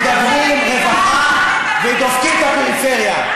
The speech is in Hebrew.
מדברים רווחה ודופקים את הפריפריה.